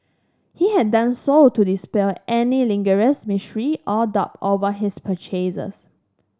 he had done so to dispel any lingering mystery or doubt over his purchases